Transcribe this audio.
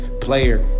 player